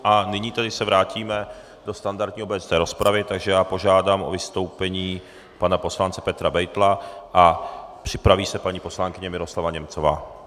A nyní tedy se vrátíme do standardní obecné rozpravy, takže já požádám o vystoupení pana poslance Petra Beitla a připraví se paní poslankyně Miroslava Němcová.